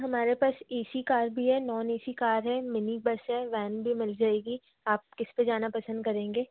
हमारे पास A C car भी है नॉन ए सी कार है मिनीबस है वैन भी मिल जाएगी आप किस पर जाना पसंद करेंगे